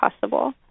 possible